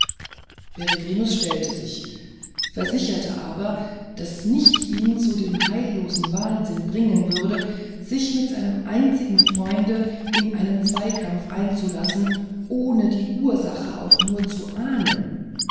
peregrinus stellte sich versicherte aber daß nichts ihn zu dem heillosen wahnsinn bringen würde sich mit seinem einzigen freunde in einen zweikampf einzulassen ohne die ursache auch nur zu ahnen